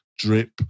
drip